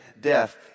death